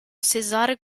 césar